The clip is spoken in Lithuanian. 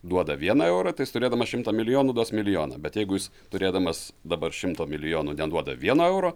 duoda vieną eurą tai jis turėdamas šimtą milijonų duos milijoną bet jeigu jis turėdamas dabar šimto milijonų neduoda vieno euro